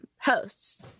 hosts